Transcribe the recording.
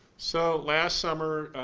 so last summer